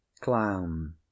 Clown